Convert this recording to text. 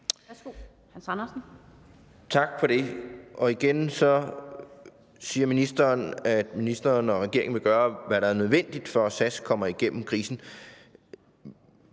Tak for det. Igen siger ministeren, at ministeren og regeringen vil gøre, hvad der er nødvendigt, for at SAS kommer igennem krisen.